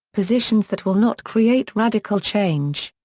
positions that will not create radical change.